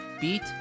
beat